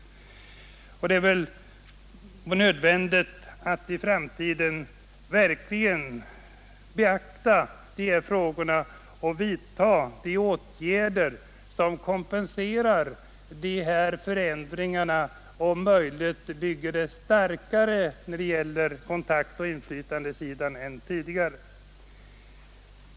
Det är nödvändigt att i framtiden verkligen beakta de här frågorna och vidta åtgärder som kompenserar dessa förändringar och om möjligt stärker möjligheterna till kontakt och inflytande.